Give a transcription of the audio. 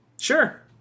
Sure